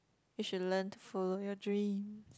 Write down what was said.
you should learn to follow your dreams